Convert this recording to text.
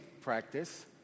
practice